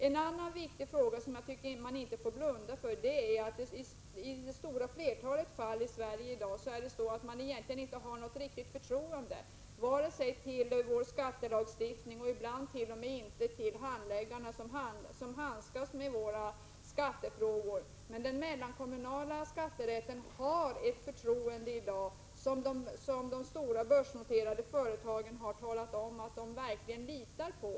En annan viktig fråga som jag tycker att man inte får blunda för är att man i Sverige i det stora flertalet fall i dag inte har något riktigt förtroende vare sig för vår skattelagstiftning eller för handläggarna som handskas med våra skattefrågor. Men den mellankommunala skatterätten har man ett förtroende för i dag. De stora börsnoterade företagen har talat om att de verkligen litar på den.